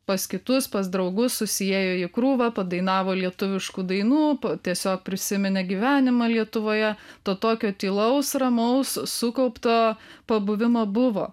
pas kitus pas draugus susiėjo į krūvą padainavo lietuviškų dainų tiesiog prisiminė gyvenimą lietuvoje to tokio tylaus ramaus sukaupto pabuvimo buvo